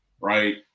right